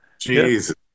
Jesus